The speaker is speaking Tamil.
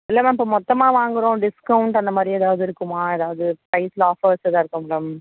இல்லை மேம் இப்போ மொத்தமாக வாங்குறோம் டிஸ்கௌண்ட் அந்த மாதிரி ஏதாவுது இருக்குமா ஏதாவுது ப்ரைஸில் ஆஃபர்ஸ் ஏதா இருக்குங்களா